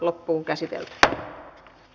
asian käsittely päättyi